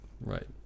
right